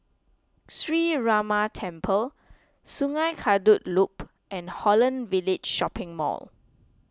Sree Ramar Temple Sungei Kadut Loop and Holland Village Shopping Mall